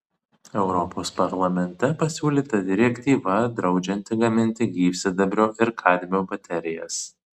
europos parlamente pasiūlyta direktyva draudžianti gaminti gyvsidabrio ir kadmio baterijas